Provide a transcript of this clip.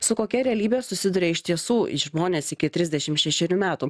su kokia realybe susiduria iš tiesų žmonės iki trisdešim šešerių metų